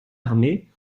armés